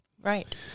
Right